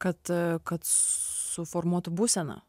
kad kad suformuotų būseną